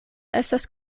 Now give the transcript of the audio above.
estas